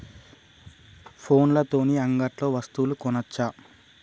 ఫోన్ల తోని అంగట్లో వస్తువులు కొనచ్చా?